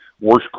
worst